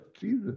Jesus